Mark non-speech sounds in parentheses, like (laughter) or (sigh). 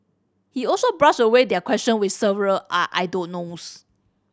he also brushed away their question with several (hesitation) I don't knows